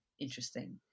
interesting